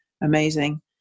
amazing